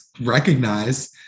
recognize